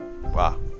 Wow